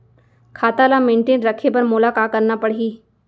खाता ल मेनटेन रखे बर मोला का करना पड़ही?